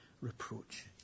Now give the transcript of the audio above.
reproach